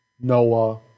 Noah